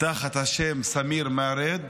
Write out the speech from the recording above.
תחת השם סמיר מארד.